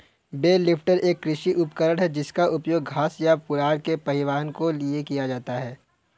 bell lifter एक कृषि उपकरण है जिसका उपयोग घास या पुआल के परिवहन के लिए किया जाता है